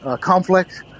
conflict